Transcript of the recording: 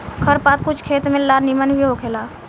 खर पात कुछ खेत में ला निमन भी होखेला